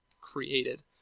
created